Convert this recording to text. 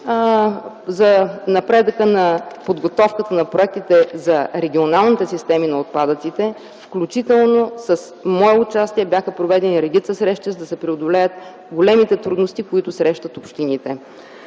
За напредъка на подготовката на проектите за регионалните системи на отпадъците, включително с мое участие бяха проведени редица срещи, за да се преодолеят големите трудности, които срещат общините.